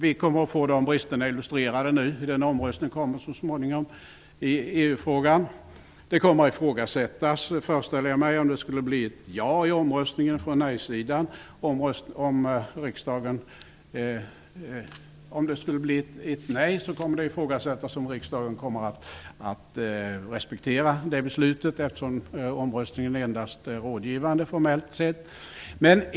Vi kommer att få de bristerna illustrerade i den kommande omröstningen i EU-frågan. Om det blir ett nej, kan det ifrågasättas om riksdagen kommer att respektera beslutet, eftersom omröstningen formellt sett endast är rådgivande.